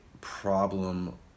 problem